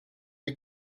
est